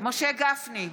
משה גפני,